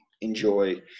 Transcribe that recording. enjoy